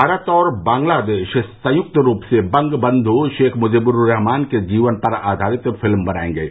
भारत और बंगलादेश संयुक्त रूप से बंग बंधु शेख मुजीबुर्रहमान के जीवन पर आधारित फिल्म बनाएंगे